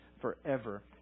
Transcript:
forever